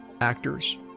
actors